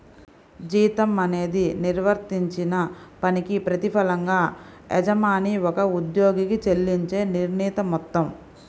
జీతం అనేది నిర్వర్తించిన పనికి ప్రతిఫలంగా యజమాని ఒక ఉద్యోగికి చెల్లించే నిర్ణీత మొత్తం